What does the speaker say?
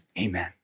Amen